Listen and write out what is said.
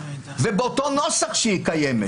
ובאותו נוסח שהיא קיימת